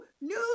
no